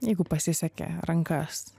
jeigu pasisekė rankas